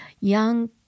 young